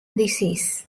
disease